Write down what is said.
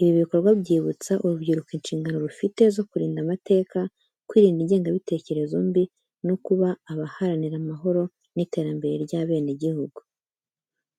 Ibi bikorwa byibutsa urubyiruko inshingano rufite zo kurinda amateka, kwirinda ingengabitekerezo mbi no kuba abaharanira amahoro n’iterambere ry’abenegihugu.